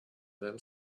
then